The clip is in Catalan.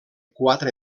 quatre